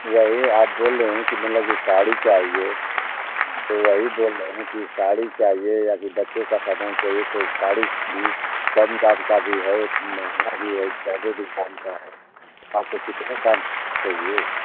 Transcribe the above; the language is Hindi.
वही आप बोल रहे हैं की मल्लब की साड़ी चाहिए तो वही बोल रहे हैं कि साड़ी चाहिए या फिर बच्चों का सामान चाहिए तो साड़ी भी कम दाम का भी है महंगा भी है ज़्यादा का है आपको कितने दाम का चाहिए